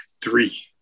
three